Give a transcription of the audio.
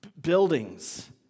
Buildings